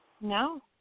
No